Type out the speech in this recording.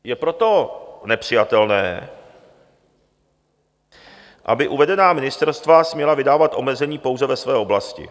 Je proto nepřijatelné, aby uvedená ministerstva směla vydávat omezení pouze ve své oblasti.